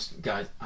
Guys